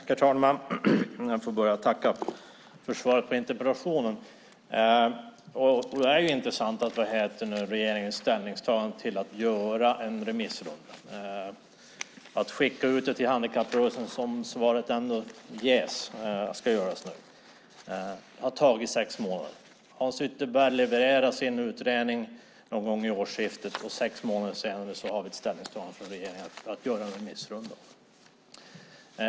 Herr talman! Jag får börja med att tacka för svaret på interpellationen. Det är intressant att regeringen gör ställningstagandet att göra en remissrunda. Som sägs i svaret ska utredningen nu skickas ut till handikapprörelsen. Det har tagit sex månader. Hans Ytterberg levererade sin utredning någon gång vid årsskiftet, och sex månader senare har vi ett ställningstagande från regeringen om att göra en remissrunda.